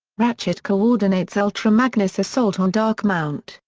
ratchet coordinates ultra magnus' assault on darkmount,